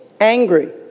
angry